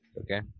Okay